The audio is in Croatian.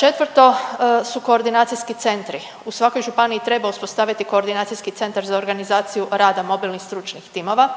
Četvrto su koordinacijski centri. U svakoj županiji treba uspostaviti koordinacijski centar za organizaciju rada mobilnih stručnih timova,